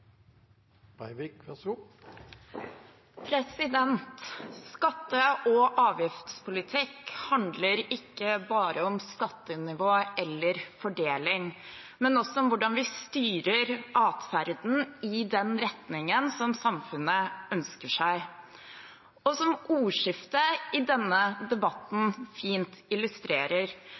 Breivik – til neste oppfølgingsspørsmål. Skatte- og avgiftspolitikk handler ikke bare om skattenivå eller fordeling, men også om hvordan vi styrer atferden i den retningen som samfunnet ønsker seg. Som ordskiftet i denne debatten fint illustrerer,